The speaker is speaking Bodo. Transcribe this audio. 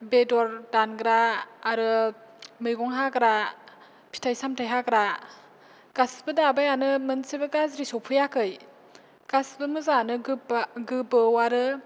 बेदर दानग्रा आरो मैगं हाग्रा फिथाइ सामथाइ हाग्रा गासिबो दाबायानो मोनसेबो गाज्रि सफैयाखै गासिबो मोजाङानो गोबा गोबौ आरो